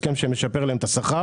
הסכם שמשפר להן את השכר.